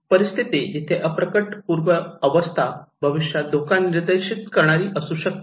परिस्थिती जिथे अप्रकट पूर्व अवस्था भविष्यात धोका निर्देशित करणारी स्थिती असु शकते